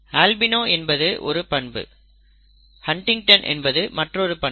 albino என்பது ஒரு பண்பு ஹன்டிங்டன் மற்றொரு பண்பு